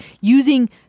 using